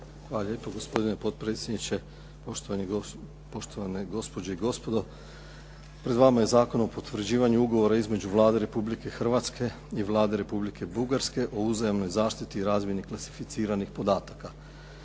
Hvala lijepo gospodine potpredsjedniče. Poštovane gospođe i gospodo. Pred vama je Zakona o potvrđivanju Ugovora između Vlade Republike Hrvatske i Vlade Republike Bugarske o uzajamnoj zaštiti i razmjeni klasificiranih podataka.